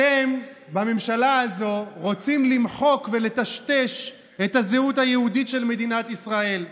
אתם בממשלה הזאת רוצים למחוק ולטשטש את הזהות היהודית של מדינת ישראל.